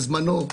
בזמנו,